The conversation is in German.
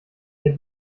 der